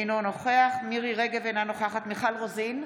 אינו נוכח מירי מרים רגב, אינה נוכחת מיכל רוזין,